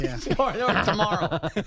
Tomorrow